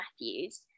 Matthews